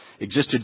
existed